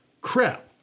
Crap